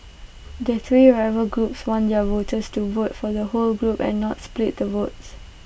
the three rival groups want their voters to vote for the whole group and not split the votes